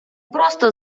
просто